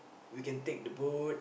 we can take the boat